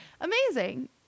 Amazing